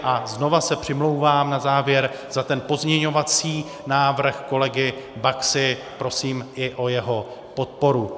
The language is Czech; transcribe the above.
A znovu se přimlouvám na závěr za ten pozměňovací návrh kolegy Baxy, prosím i o jeho podporu.